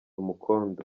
umukondo